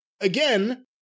Again